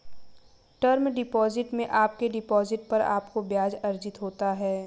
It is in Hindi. टर्म डिपॉजिट में आपके डिपॉजिट पर आपको ब्याज़ अर्जित होता है